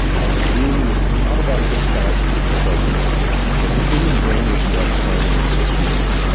as being not about the past or the present but the human brain is about planning for the future.